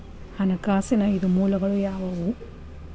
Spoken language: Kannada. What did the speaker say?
ಹಣಕಾಸಿನ ಐದು ಮೂಲಗಳು ಯಾವುವು?